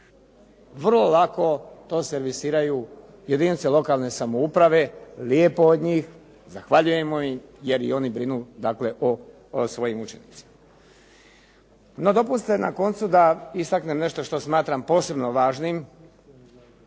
vrlo lako to servisiraju jedinice lokalne samouprave. Lijepo od njih, zahvaljujemo im jer i oni brinu o svojim učenicima. No dopustite na koncu da istaknem nešto što smatram posebno važnim,